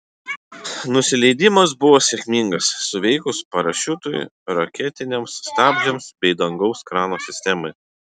nusileidimas buvo sėkmingas suveikus parašiutui raketiniams stabdžiams bei dangaus krano sistemai